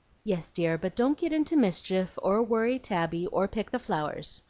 yes, dear but don't get into mischief, or worry tabby, or pick the flowers.